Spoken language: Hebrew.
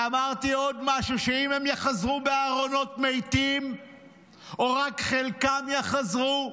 אמרתי עוד משהו: אם הם יחזרו בארונות מתים או רק חלקם יחזרו,